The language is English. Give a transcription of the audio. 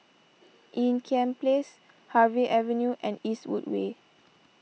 Ean Kiam Place Harvey Avenue and Eastwood Way